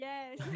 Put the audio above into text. Yes